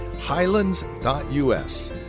highlands.us